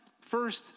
first